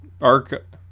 arc